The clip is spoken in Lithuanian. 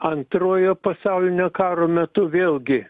antrojo pasaulinio karo metu vėlgi